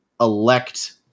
elect